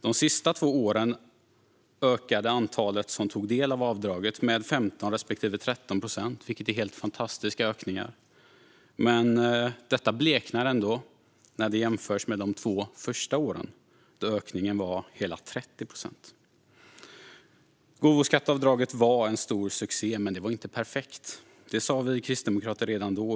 De sista två åren ökade antalet som tog del av avdraget med 15 respektive 13 procent, vilket är helt fantastiska ökningar. Men detta bleknar ändå när de jämförs med de två första åren, då ökningen var hela 30 procent. Gåvoskatteavdraget var en stor succé, men det var inte perfekt. Det sa vi kristdemokrater redan då.